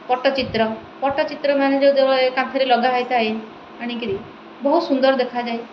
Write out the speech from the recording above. ପଟ୍ଟଚିତ୍ର ପଟ୍ଟଚିତ୍ର ମାନେ ଯୋଉ କାନ୍ଥରେ ଲଗା ହେଇଥାଏ ଆଣିକିରି ବହୁତ ସୁନ୍ଦର ଦେଖାଯାଏ